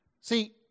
See